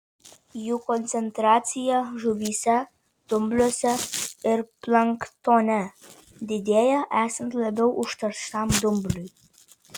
jų koncentracija žuvyse dumbliuose ir planktone didėja esant labiau užterštam dumblui